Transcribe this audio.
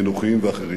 חינוכיים ואחרים.